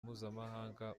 mpuzamahanga